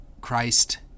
Christ